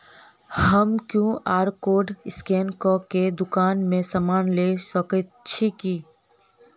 हम QR code scan कऽ केँ दुकान मे समान लऽ सकैत छी की?